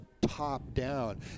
top-down